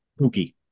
Pookie